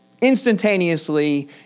Instantaneously